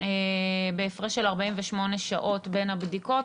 בהפרש של 48 שעות בין הבדיקות,